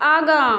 आगाँ